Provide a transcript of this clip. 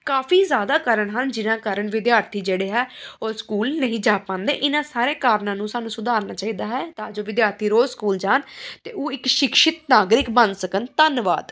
ਕਾਫ਼ੀ ਜ਼ਿਆਦਾ ਕਾਰਣ ਹਨ ਜਿਨ੍ਹਾਂ ਕਾਰਣ ਵਿਦਿਆਰਥੀ ਜਿਹੜੇ ਹੈ ਉਹ ਸਕੂਲ ਨਹੀਂ ਜਾ ਪਾਉਂਦੇ ਇਹਨਾਂ ਸਾਰੇ ਕਾਰਣਾ ਨੂੰ ਸਾਨੂੰ ਸੁਧਾਰਨਾ ਚਾਹੀਦਾ ਹੈ ਤਾਂ ਜੋ ਵਿਦਿਆਰਥੀ ਰੋਜ਼ ਸਕੂਲ ਜਾਣ ਅਤੇ ਉਹ ਇੱਕ ਸ਼ਿਕਸ਼ਿਤ ਨਾਗਰਿਕ ਬਣ ਸਕਣ ਧੰਨਵਾਦ